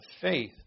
faith